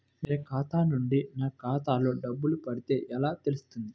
వేరే ఖాతా నుండి నా ఖాతాలో డబ్బులు పడితే ఎలా తెలుస్తుంది?